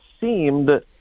seemed